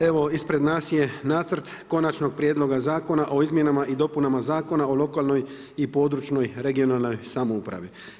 Evo, ispred nas je nacrt Konačni prijedlog Zakona o izmjenama i dopunama Zakona o lokalnoj i područnoj (regionalnoj) samoupravi.